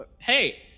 hey